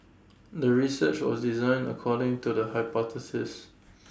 the research was designed according to the hypothesis